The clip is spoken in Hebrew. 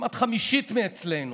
כמעט חמישית מאצלנו.